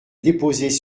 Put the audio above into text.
déposés